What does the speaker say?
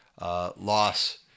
loss